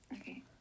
okay